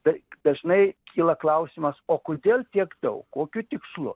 taip dažnai kyla klausimas o kodėl tiek daug kokiu tikslu